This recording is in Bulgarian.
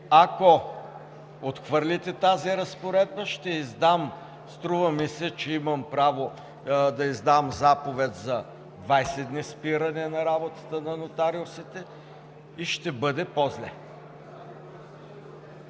ако отхвърлите тази разпоредба, ще издам – струва ми се, че имам право да издам заповед за 20 дни спиране работата на нотариусите и ще бъде по-зле.